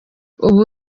ubu